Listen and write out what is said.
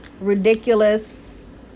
ridiculous